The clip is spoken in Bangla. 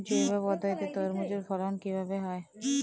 জৈব পদ্ধতিতে তরমুজের ফলন কিভাবে হয়?